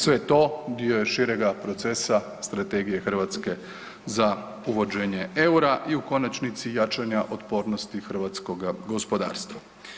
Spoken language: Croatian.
Sve to dio je širega procesa Strategije Hrvatske za uvođenje eura i u konačnici jačanja otpornosti hrvatskoga gospodarstva.